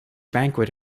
banquet